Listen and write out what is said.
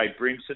Brimson